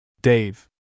Dave